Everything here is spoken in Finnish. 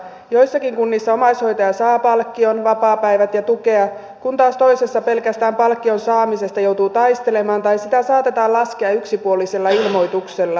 joissakin kunnissa omaishoitaja saa palkkion vapaapäivät ja tukea kun taas toisissa pelkästään palkkion saamisesta joutuu taistelemaan tai sitä saatetaan laskea yksipuolisella ilmoituksella